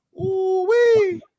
ooh-wee